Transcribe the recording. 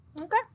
Okay